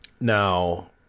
Now